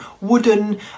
wooden